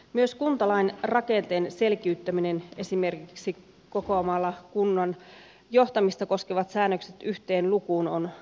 myös kuntalain rakenteen selkiyttäminen esimerkiksi kokoamalla kunnan johtamista koskevat säännökset yhteen lukuun on kannatettavaa